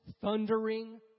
thundering